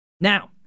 Now